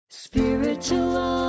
Spiritual